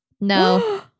no